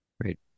Great